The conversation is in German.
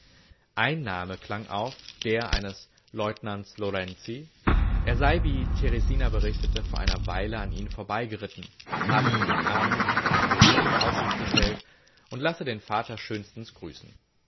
ein name klang auf der eines leutnants lorenzi er sei wie teresina berichtete vor einer weile an ihnen vorbeigeritten habe für den abend seinen besuch in aussicht gestellt und lasse den vater schönstens grüßen